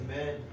Amen